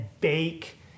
bake